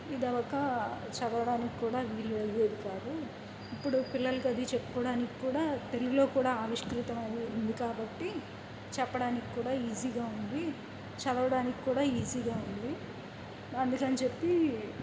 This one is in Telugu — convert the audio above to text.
ఇది అవ్వక చదవడానికి కూడా వీళ్ళు అయ్యేది కాదు ఇప్పుడు పిల్లలకు అది చెప్పుకోవడానికి కూడా తెలుగులో కూడా ఆవిష్కృతం అయి ఉంది కాబట్టి చెప్పడానికి కూడా ఈజీగా ఉంది చదవడానికి కూడా ఈజీగా ఉంది అందుకని చెప్పి